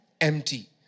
empty